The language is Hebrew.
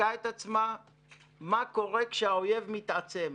בדקה את עצמה מה קורה כשהאויב מתעצם,